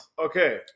Okay